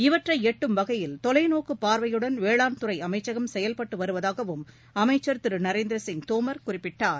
இவற்றை எட்டும் வகையில் தொலைநோக்குப் பார்வையுடன் வேளாண்துறை அமைச்சகம் செயல்பட்டு வருவதாகவும் அமைச்சர் திரு நரேந்திர சிங் தோமர் குறிப்பிட்டார்